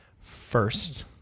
first